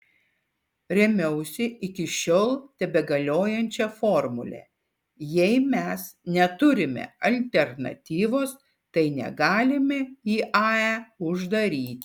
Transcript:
rėmiausi iki šiol tebegaliojančia formule jei mes neturime alternatyvos tai negalime iae uždaryti